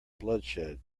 bloodshed